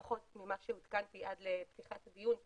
לפחות ממה שנתקלתי עד לפתיחת הדיון פה,